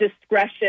discretion